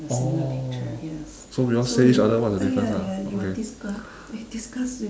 oh so we all say each other what are the difference ah okay